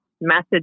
message